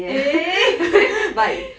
eh